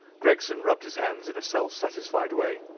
gregson rubbed his hands in a self-satisfied way.